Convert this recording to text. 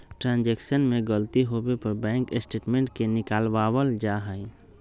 transaction में गलती होवे पर बैंक स्टेटमेंट के निकलवावल जा हई